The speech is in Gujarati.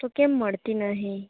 તો કેમ મળતી નહીં